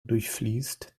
durchfließt